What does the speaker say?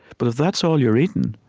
but if that's all you're eating,